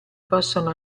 possono